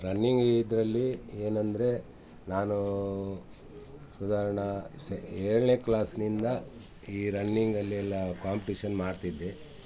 running ಇದ್ರಲ್ಲಿ ಏನೆಂದ್ರೆ ನಾನು ಸಾಧಾರಣ ಸೆ ಏಳನೇ ಕ್ಲಾಸಿನಿಂದ ಈ ರನ್ನಿಂಗಲ್ಲಿ ಎಲ್ಲ ಕಾಂಪಿಟೀಷನ್ ಮಾಡ್ತಿದ್ದೆ